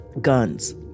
guns